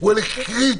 הוא הליך קריטי.